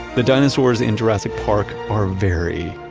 the dinosaurs in jurassic park are very,